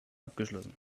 abgeschlossen